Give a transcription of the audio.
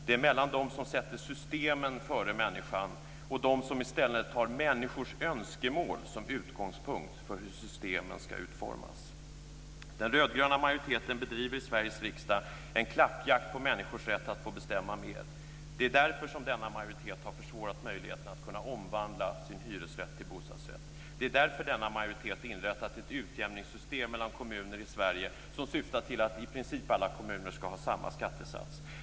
Den förs mellan dem som sätter systemen före människan och dem som i stället har människors önskemål som utgångspunkt för hur systemen ska utformas. Den rödgröna majoriteten i Sveriges riksdag bedriver en klappjakt på människors rätt att få bestämma mer. Det är därför som denna majoritet har försvårat möjligheterna att omvandla sin hyresrätt till bostadsrätt. Det är därför denna majoritet inrättat ett utjämningssystem mellan kommuner i Sverige som syftar till att i princip alla kommuner ska ha samma skattesats.